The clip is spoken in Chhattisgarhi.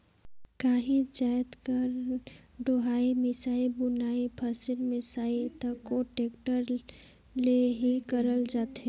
काहीच जाएत कर डोहई, फसिल बुनई, फसिल मिसई तको टेक्टर ले ही करल जाथे